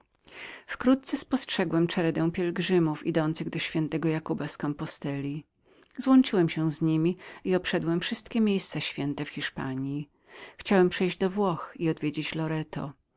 wkrótce spostrzegłem czeredę pielgrzymów idących do świętego jakóba z kompostelli złączyłem się z niemi i obeszłem wszystkie miejsca święte w hiszpanji chciałem przejść do włoch i odwiedzić loreto